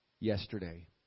Yesterday